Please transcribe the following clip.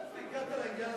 מאיפה הגעת לעניין